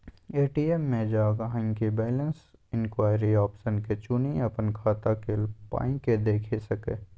ATM मे जा गांहिकी बैलैंस इंक्वायरी आप्शन के चुनि अपन खाता केल पाइकेँ देखि सकैए